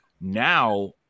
Now